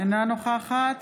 אינה נוכחת